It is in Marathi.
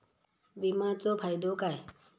विमाचो फायदो काय?